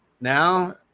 Now